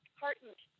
heartened